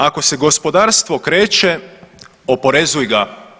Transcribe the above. Ako se gospodarstvo kreće oporezuj ga.